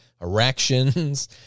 erections